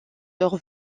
leurs